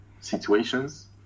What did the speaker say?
situations